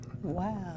Wow